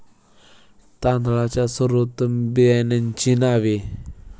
तांदळाच्या सर्वोत्तम बियाण्यांची नावे?